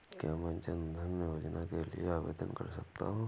क्या मैं जन धन योजना के लिए आवेदन कर सकता हूँ?